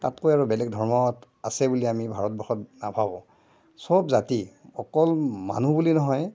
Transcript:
তাতকৈ আৰু বেলেগ ধৰ্মত আছে বুলি আমি ভাৰতবৰ্ষত নাভাবোঁ চব জাতি অকল মানুহ বুলি নহয়